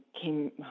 came